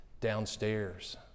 downstairs